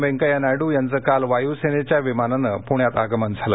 व्यंकथ्या नायडू यांचं काल वायुसेनेच्या विमानांनं पूण्यात आगमन झाले